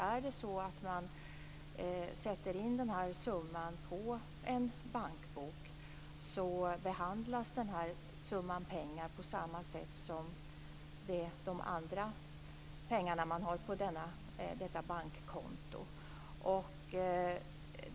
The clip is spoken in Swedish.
Om man sätter in summan på en bankbok behandlas den summan pengar på samma sätt som de andra pengar man har på detta bankkonto.